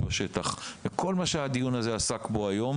בשטח וכל מה שעסקנו בו בדיון הזה היום,